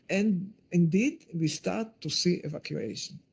and indeed, we start to see evacuation.